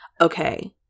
okay